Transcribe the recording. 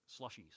slushies